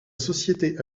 société